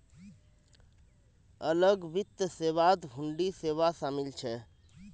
अलग वित्त सेवात हुंडी सेवा शामिल छ